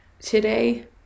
today